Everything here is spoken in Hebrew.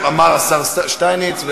אמר השר שטייניץ,